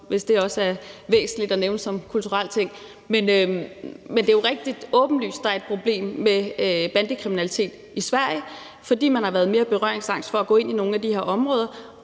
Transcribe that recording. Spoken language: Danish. hvis det også er væsentligt at nævne som en kulturel ting. Men det er jo rigtig åbenlyst, at der er problemer med bandekriminalitet i Sverige, fordi man har været mere berøringsangst for at gå ind i nogle af de her områder